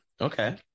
Okay